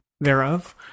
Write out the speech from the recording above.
thereof